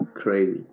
crazy